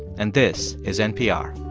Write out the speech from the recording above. and this is npr